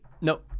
no